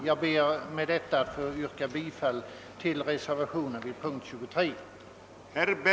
Jag ber att få yrka bifall till reservationen 8 vid punkten 23.